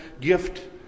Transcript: gift